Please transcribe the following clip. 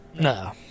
No